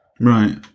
Right